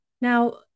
now